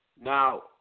Now